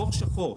חור שחור,